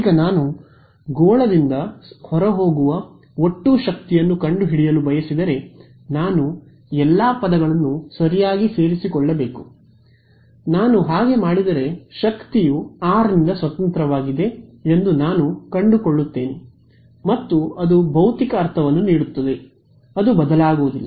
ಈಗ ನಾನು ಗೋಳದಿಂದ ಹೊರಹೋಗುವ ಒಟ್ಟು ಶಕ್ತಿಯನ್ನು ಕಂಡುಹಿಡಿಯಲು ಬಯಸಿದರೆ ನಾನು ಎಲ್ಲಾ ಪದಗಳನ್ನು ಸರಿಯಾಗಿ ಸೇರಿಸಿಕೊಳ್ಳಬೇಕು ನಾನು ಹಾಗೆ ಮಾಡಿದರೆ ಶಕ್ತಿಯು r ನಿಂದ ಸ್ವತಂತ್ರವಾಗಿದೆ ಎಂದು ನಾನು ಕಂಡುಕೊಳ್ಳುತ್ತೇನೆ ಮತ್ತು ಅದು ಭೌತಿಕ ಅರ್ಥವನ್ನು ನೀಡುತ್ತದೆ ಅದು ಬದಲಾಗುವುದಿಲ್ಲ